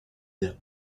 them